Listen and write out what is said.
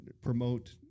promote